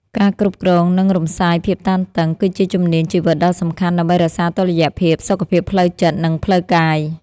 ការគ្រប់គ្រង និងរំសាយភាពតានតឹង គឺជាជំនាញជីវិតដ៏សំខាន់ដើម្បីរក្សាតុល្យភាពសុខភាពផ្លូវចិត្ត និងផ្លូវកាយ។